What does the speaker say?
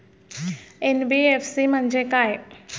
NBFC म्हणजे काय?